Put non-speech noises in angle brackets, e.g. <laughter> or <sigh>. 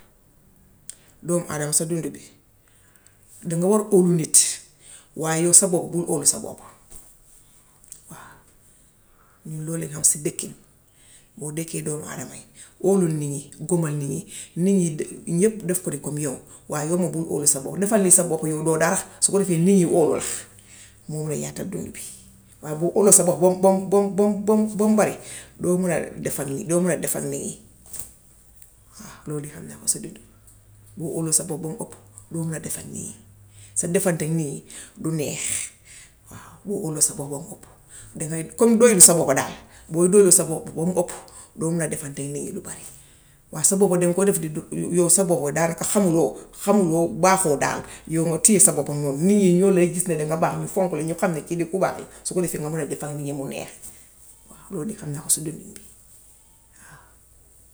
Doom-aadama sa dundu bi, danga war a óolu nit. Waaye yaw sa boppa bul óolu sa boppa. Waaw. Ñun loolu lañ ham si dëkkin. Boo dëkkeek doom-aadma yi óolul nit ñi, gomël nit ñi. Nit ñi ñépp def ko ni comme yow waaye yow moom bul óolu sa boppa. Defal ni sa boppa yow doo dara. Su ko defee nit ñi óolu la. Moo mun a yaatala dundu bi. Waaye boo óoloo sa boppa bam bam bam bam bare doo mun a defak, doo mun a defak nit ñi waaw loolu de ham naa ko si dundu. Boo óoloo sa boppa bam opp doo mun a defak nit ñi. Sa defanteek nit ñi du neex, waaw. Boo óoloo sa boppa bam opp defay comme doylu sa boppa daal. Boo doylu sa boppa bam opp doo mun a defenteek nit ñi lu bare. Waaw sa boppa deŋ koo def di <hesitation> yow sa boppa daanaka xamuloo baaxoo daal yow nga téye sa boppa moom. Nit ñi ñoo ley gis ne danga baax, ñu fonk la, ñu xam ne kii nii ku baax la, su ko defee nga mun a defek nit ñi mu neex waaw loolu de xam naa ko si dundin bi waaw.